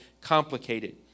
complicated